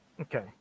Okay